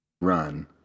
run